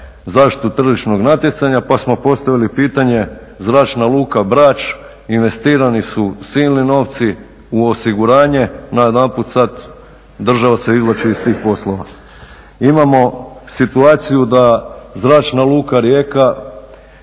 zaštitu tržišnog natjecanja pa smo postavili pitanje zračna luka Brač, investirani su silni novci u osiguranje, najedanput sada država se izvlači iz tih poslova. Imamo situaciju da zračna luka Rijeka,